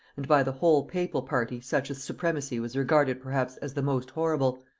and by the whole papal party such a supremacy was regarded perhaps as the most horrible,